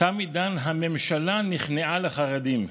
תם עידן "הממשלה נכנעה לחרדים".